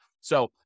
So-